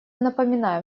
напоминаем